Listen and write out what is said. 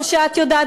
כמו שאת יודעת,